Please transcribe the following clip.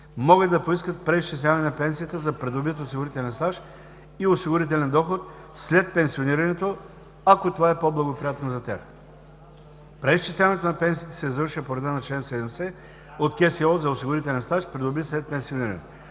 могат да поискат преизчисляване на пенсията за придобит осигурителен стаж и осигурителен доход след пенсионирането, ако това е по-благоприятно за тях. Преизчисляването на пенсиите се извършва по реда на чл. 70 от КСО, за осигурителен стаж, придобит след пенсионирането.